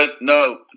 no